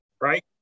Right